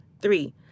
Three